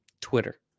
Twitter